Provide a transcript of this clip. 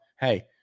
hey